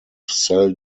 cell